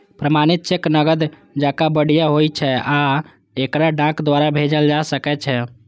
प्रमाणित चेक नकद जकां बढ़िया होइ छै आ एकरा डाक द्वारा भेजल जा सकै छै